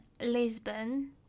Lisbon